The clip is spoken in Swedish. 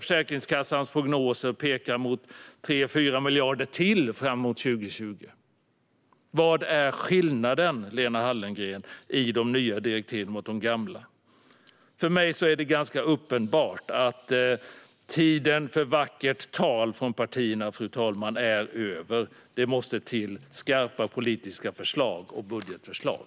Försäkringskassans prognoser pekar mot ytterligare 3-4 miljarder fram till 2020. Vad är skillnaden, Lena Hallengren, i de nya direktiven jämfört med de gamla? Fru talman! För mig är det ganska uppenbart att tiden för vackert tal från partierna är över. Det måste till skarpa politiska förslag och budgetförslag.